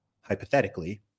hypothetically